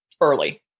early